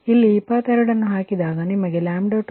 ಇಲ್ಲಿ 22 ಅನ್ನು ಹಾಕಿದಾಗ ನಿಮಗೆ 2 2min0